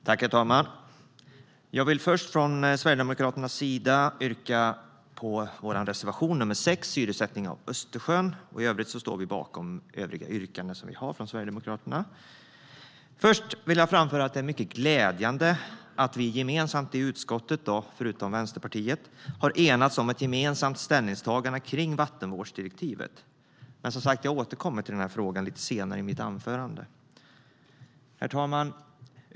Herr talman! Jag vill först från Sverigedemokraternas sida yrka bifall till vår reservation nr 6, Syresättning av Östersjön. Vi står också bakom de övriga yrkanden vi har från Sverigedemokraterna. Först vill jag framföra att det är mycket glädjande att vi i utskottet, förutom Vänsterpartiet, har enats om ett gemensamt ställningstagande om vattenvårdsdirektivet. Jag återkommer till den frågan lite senare i mitt anförande. Herr talman!